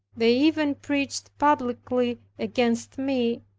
they even preached publicly against me,